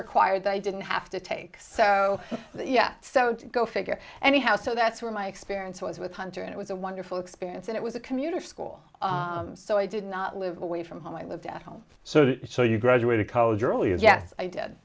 required they didn't have to take so yeah so to go figure anyhow so that's where my experience was with hunter and it was a wonderful experience and it was a commuter school so i did not live away from home i lived at home so so you graduated college early and yes i did